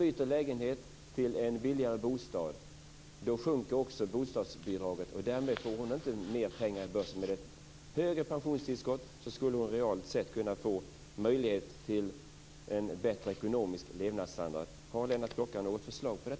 Om hon byter till en billigare bostad sjunker också bostadsbidraget. Därmed får hon inte mer pengar i börsen. Med ett högre pensionstillskott skulle hon realt sett kunna få möjlighet till en bättre ekonomisk levnadsstandard. Har Lennart